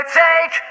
take